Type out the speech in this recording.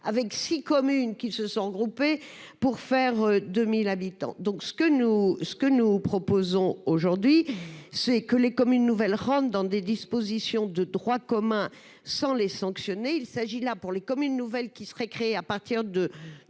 avec 6 communes qui se sont regroupées pour faire 2000 habitants, donc ce que nous ce que nous proposons aujourd'hui c'est que les comme une nouvelle ronde dans des dispositions de droit commun, sans les sanctionner, il s'agit là, pour les communes nouvelles qui serait créée à partir de